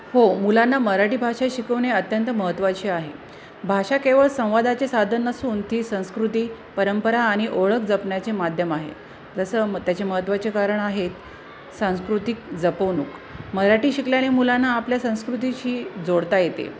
हो मुलांना मराठी भाषा शिकवणे अत्यंत महत्त्वाची आहे भाषा केवळ संवादाचे साधन नसून ती संस्कृती परंपरा आणि ओळख जपण्याचे माध्यम आहे जसं म त्याचे महत्त्वाचे कारण आहेत सांस्कृतिक जपणूक मराठी शिकल्याने मुलांना आपल्या संस्कृतीशी जोडता येते